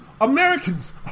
Americans